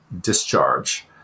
discharge